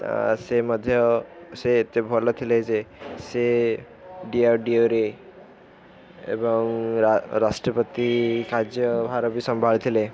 ସେ ମଧ୍ୟ ସେ ଏତେ ଭଲ ଥିଲେ ଯେ ସେ ଡିଆର୍ଡିଓରେ ଏବଂ ରାଷ୍ଟ୍ରପତି କାର୍ଯ୍ୟ ବି ସମ୍ଭାଳିଥିଲେ